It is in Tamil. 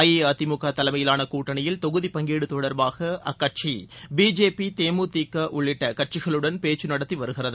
அஇஅதிமுக தலைமையிலான கூட்டணியில் தொகுதிப் பங்கீடு தொடர்பாக அக்கட்சி பிஜேபி தேமுதிக உள்ளிட்ட கட்சிகளுடன் பேச்சு நடத்தி வருகிறது